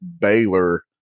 Baylor